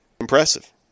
Impressive